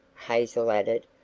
hazel added,